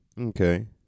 okay